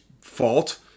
fault